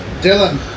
Dylan